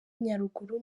nyaruguru